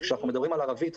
כשמדברים על ערבית,